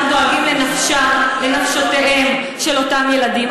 אנחנו דואגים לנפשם, לנפשותיהם של אותם ילדים.